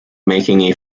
making